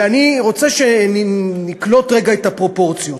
ואני רוצה שנקלוט רגע את הפרופורציות: